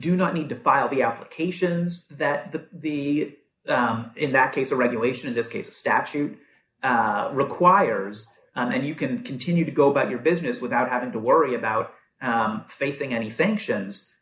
do not need to file the applications that the the in that case a regulation in this case statute requires and you can continue to go by your business without having to worry about facing any sanctions